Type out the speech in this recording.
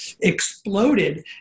exploded